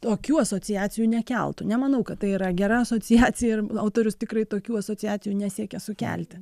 tokių asociacijų nekeltų nemanau kad tai yra gera asociacija ir autorius tikrai tokių asociacijų nesiekia sukelti